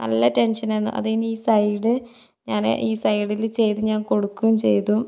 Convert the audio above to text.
നല്ല ടെൻഷനായിരുന്നു അത് കഴിഞ്ഞ് ഈ സൈഡ് ഞാൻ ഈ സൈഡിൽ ചെയ്ത് ഞാൻ കൊടുക്കും ചെയ്തു